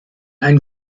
ein